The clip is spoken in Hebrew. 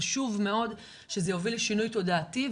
חשוב מאוד שזה יוביל לשינוי תודעתי,